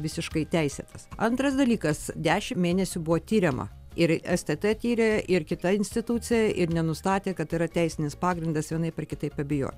visiškai teisėtas antras dalykas dešimt mėnesių buvo tiriama ir stt tyrė ir kita institucija ir nenustatė kad yra teisinis pagrindas vienaip ar kitaip abejoti